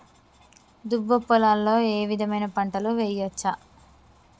దుబ్బ పొలాల్లో ఏ విధమైన పంటలు వేయచ్చా?